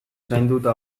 zainduta